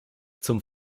zum